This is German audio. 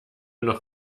noch